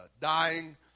dying